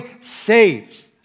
saves